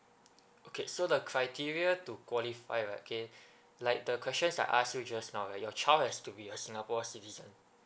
okay so the criteria to qualify right K like the questions I ask you just now right your child has to be a singapore citizen